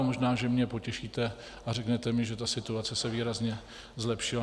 Možná že mě potěšíte a řeknete mi, že se situace výrazně zlepšila.